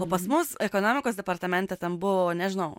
o pas mus ekonomikos departamente ten buvo nežinau